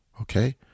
okay